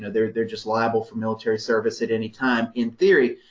know, they're they're just liable for military service at any time in theory,